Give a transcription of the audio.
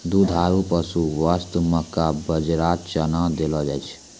दुधारू पशु वास्तॅ मक्का, बाजरा, चना देलो जाय छै